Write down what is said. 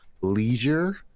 leisure